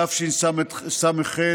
התשס"ח 2008,